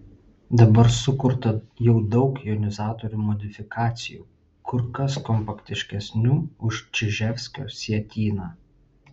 dabar sukurta jau daug jonizatorių modifikacijų kur kas kompaktiškesnių už čiževskio sietyną